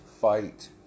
fight